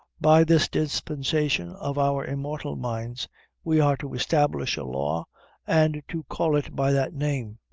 by this dispensation of our immortal minds we are to establish a law and to call it by that name.